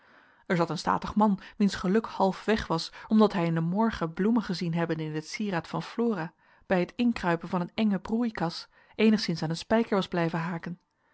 er zat een statig man wiens geluk half weg was omdat hij in den morgen bloemen gezien hebbende in het cieraad van flora bij het inkruipen van een enge broeikas eenigszins aan een spijker was blijven haken